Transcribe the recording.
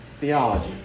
theology